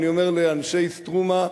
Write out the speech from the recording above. אני אומר לאנשי "סטרומה",